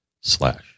slash